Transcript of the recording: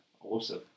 Awesome